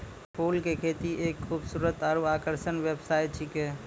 फूल के खेती एक खूबसूरत आरु आकर्षक व्यवसाय छिकै